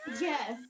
Yes